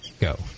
Go